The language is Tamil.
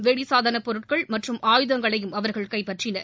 வெடிசாதன பொருட்கள் மற்றும் ஆயுதங்களையும் அவர்கள் கைப்பற்றினர்